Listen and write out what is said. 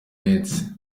bensi